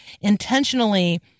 intentionally